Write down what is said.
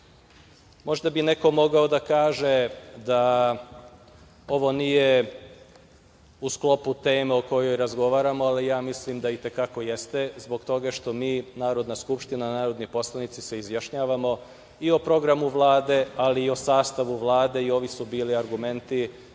bi neko mogao da kaže da ovo nije u sklopu teme o kojoj razgovaramo, ali ja mislim da i te kako jeste zbog toga što mi, Narodna skupština, narodni poslanici se izjašnjavamo i o programu Vlade, ali i o sastavu Vlade i ovi su bili argumenti